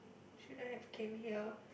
should I have come here